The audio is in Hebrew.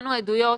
ושמענו עדויות,